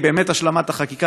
להשלמת החקיקה,